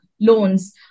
loans